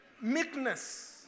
meekness